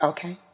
Okay